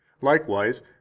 Likewise